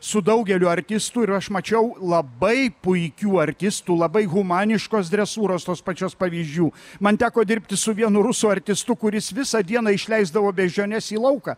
su daugeliu artistų ir aš mačiau labai puikių artistų labai humaniškos dresūros tos pačios pavyzdžių man teko dirbti su vienu rusų artistu kuris visą dieną išleisdavo beždžiones į lauką